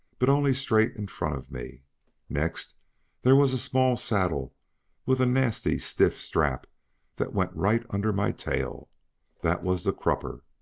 but only straight in front of me next there was a small saddle with a nasty stiff strap that went right under my tail that was the crupper.